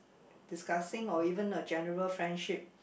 discussing or even a general friendship